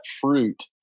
fruit